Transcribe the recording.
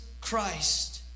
Christ